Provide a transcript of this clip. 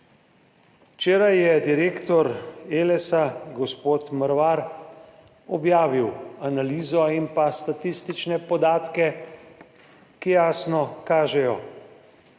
Včeraj je direktor Elesa, gospod Mervar, objavil analizo in statistične podatke, ki jasno kažejo,